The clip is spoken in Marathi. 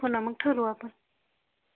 पुन्हा मग ठरवू आपण